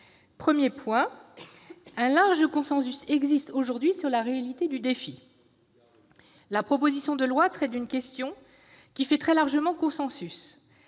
Premier point, un large consensus existe aujourd'hui sur la réalité du défi. La proposition de loi traite d'une question qui fait très largement consensus